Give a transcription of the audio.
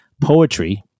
Poetry